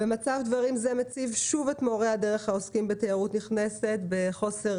מצב דברים זה מציב שוב את מורי הדרך העוסקים בתיירות נכנסת בחוסר